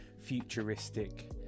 futuristic